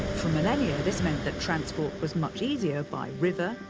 for millennia this meant that transport was much easier by river,